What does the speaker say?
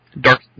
Dark